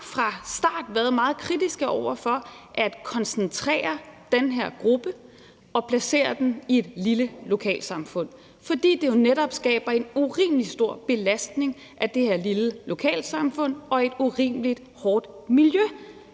fra start været meget kritiske over for at koncentrere den her gruppe og placere den i et lille lokalsamfund, fordi det jo netop skaber en urimelig stor belastning for det her lille lokalsamfund og et urimelig hårdt miljø